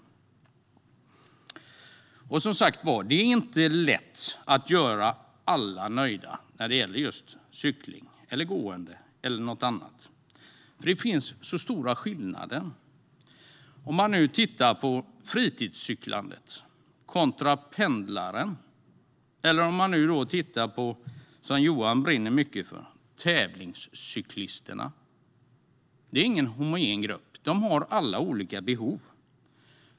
Det är som sagt inte lätt att göra alla nöjda när det gäller cykling, gående eller något annat, för det finns stora skillnader. Om man tittar på fritidscyklandet kontra pendlingen eller om man, som Johan, brinner för tävlingscyklisterna, ser man att cyklisterna inte är någon homogen grupp. De har alla olika behov.